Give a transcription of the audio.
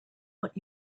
what